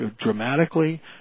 dramatically